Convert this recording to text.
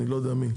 אני לא יודע מי,